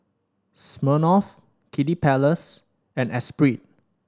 Smirnoff Kiddy Palace and Espirit